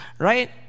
Right